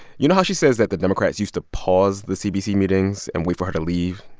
you know how she says that the democrats used to pause the cbc meetings and wait for her to leave?